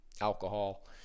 alcohol